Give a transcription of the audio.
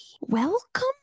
Welcome